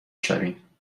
شویم